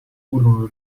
furono